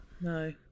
No